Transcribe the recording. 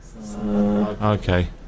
Okay